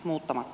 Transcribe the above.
herr talman